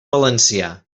valencià